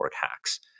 hacks